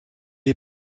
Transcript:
est